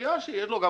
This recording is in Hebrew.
בידיעה שתהיה לו,